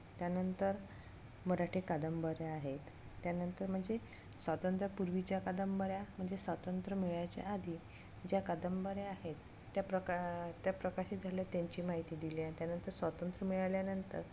त्यानंतर मराठी कादंबऱ्या आहेत त्यानंतर म्हणजे स्वातंत्र्यापूर्वीच्या कादंबऱ्या म्हणजे स्वातंत्र्य मिळायच्या आधी ज्या कादंबऱ्या आहेत त्या प्रका त्या प्रकाशित झाल्या त्यांची माहिती दिली आहे त्यानंतर स्वातंत्र्य मिळाल्यानंतर